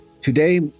Today